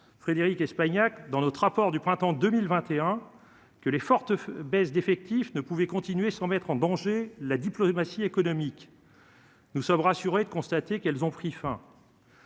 Frédérique Espagnac dans notre rapport du printemps 2021 que les fortes baisses d'effectifs ne pouvait continuer sans mettre en danger la diplomatie économique. Nous sommes rassurés de constater qu'elles ont pris fin.